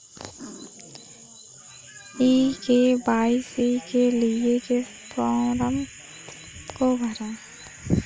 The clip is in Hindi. ई के.वाई.सी के लिए किस फ्रॉम को भरें?